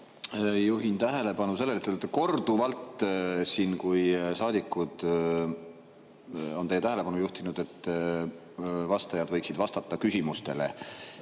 juhin tähelepanu sellele. Te olete siin korduvalt, kui saadikud on teie tähelepanu juhtinud, et vastajad võiksid vastata küsimustele,